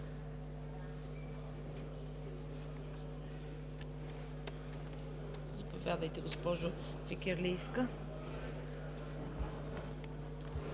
Заповядайте, госпожо Фикирлийска.